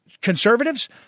conservatives